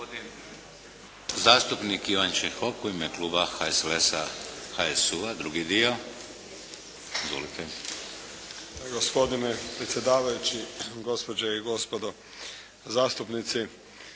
Gospodin zastupnik Ivan Čehok u ime kluba HSLS-a, HSU-a drugi dio. Izvolite. **Čehok, Ivan (HSLS)** Gospodine predsjedavajući, gospođe i gospodo zastupnici.